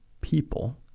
people